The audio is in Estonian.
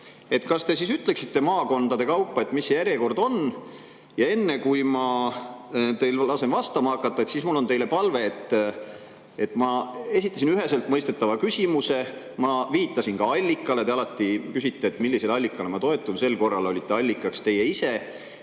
Kas te ütleksite maakondade kaupa, mis see järjekord on? Enne, kui ma lasen teil vastama hakata, on mul teile palve. Ma esitasin üheselt mõistetava küsimuse ja ma viitasin ka allikale – te alati küsite, millisele allikale ma toetun –, sel korral olite allikas teie ise.